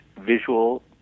visual